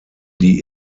die